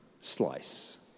slice